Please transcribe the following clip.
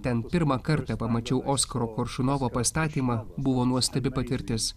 ten pirmą kartą pamačiau oskaro koršunovo pastatymą buvo nuostabi patirtis